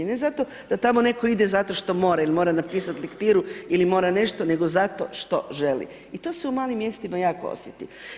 Ne zato što tamo netko ide zato što mora i mora napisati lektiru i mora nešto, nego zato što želi i to se u malim mjestima jako osjeti.